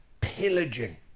pillaging